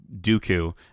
Dooku